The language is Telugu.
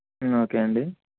ఓకే అండి